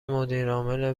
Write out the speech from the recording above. مدیرعامل